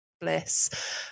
Bliss